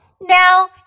Now